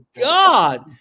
God